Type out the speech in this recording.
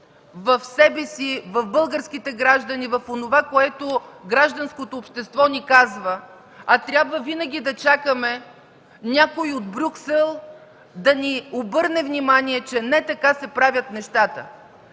в себе си, в българските граждани, в онова, което гражданското общество ни казва, а трябва винаги да чакаме някой от Брюксел да ни обърне внимание, че не така се правят нещата?